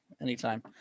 Anytime